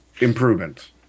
improvement